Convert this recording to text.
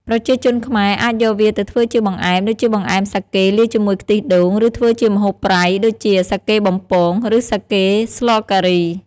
ប្រជាជនខ្មែរអាចយកវាទៅធ្វើជាបង្អែម ដូចជាបង្អែមសាកេលាយជាមួយខ្ទិះដូង ឬធ្វើជាម្ហូបប្រៃ ដូចជាសាកេបំពង ឬសាកេស្លការី។